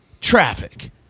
traffic